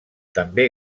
també